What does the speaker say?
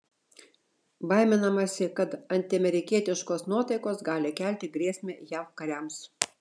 baiminamasi kad antiamerikietiškos nuotaikos gali kelti grėsmę jav kariams